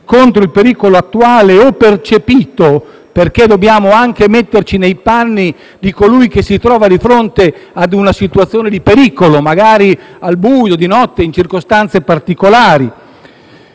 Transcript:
contro il pericolo attuale o percepito. Perché dobbiamo anche metterci nei panni di colui che si trova di fronte ad una situazione di pericolo, magari al buio, di notte, in circostanze particolari,